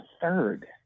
third